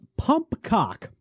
pumpcock